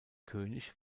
könig